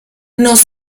nos